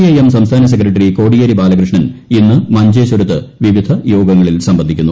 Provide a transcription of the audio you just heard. I M സംസ്ഥാന secretary Kodiyeri Balakrishnan ഇന്ന് മഞ്ചേശ്വരത്ത് വിവിധ യോഗങ്ങളിൽ സംബന്ധിക്കുന്നു